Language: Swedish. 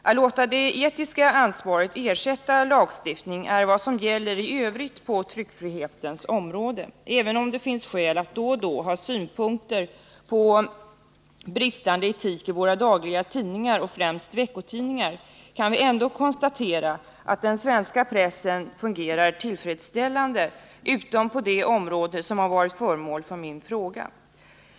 Att låta det etiska ansvaret ersätta lagstiftning är vad som gäller i övrigt på tryckfrihetens område. Även om det finns skäl att då och då ha synpunkter på bristande etik i våra dagliga tidningar och främst veckotidningar, kan vi ändå konstatera att den svenska pressen fungerar tillfredsställande, utom på det område som har varit föremål för min fråga.